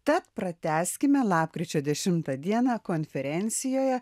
tad pratęskime lapkričio dešimtą dieną konferencijoje